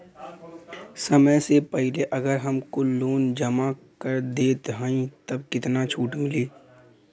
समय से पहिले अगर हम कुल लोन जमा कर देत हई तब कितना छूट मिली?